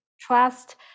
trust